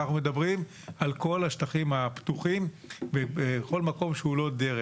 אנחנו מדברים על כל השטחים הפתוחים בכל מקום שהוא לא "דרך".